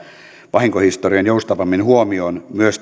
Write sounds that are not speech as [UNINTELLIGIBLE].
vahinkohistorian joustavammin huomioon myös [UNINTELLIGIBLE]